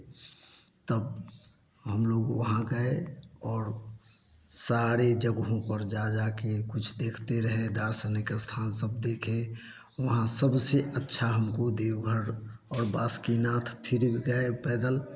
तब हम लोग वहाँ गए और सारी जगहों पर जा जाकर कुछ देखते रहे दार्शनिक स्थान सब देखे वहाँ सबसे अच्छा हमको देवघर और बासुकीनाथ फिर गए पैदल